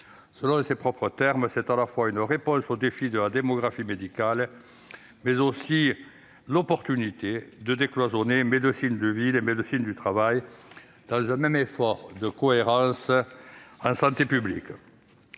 Selon ses propres termes, elle constitue une réponse au défi de la démographie médicale, mais elle nous offre aussi l'occasion de décloisonner médecine de ville et médecine du travail, dans un même effort de cohérence en santé publique.